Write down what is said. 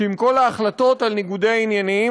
שעם כל ההחלטות על ניגודי עניינים,